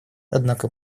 однако